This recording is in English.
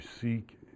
seek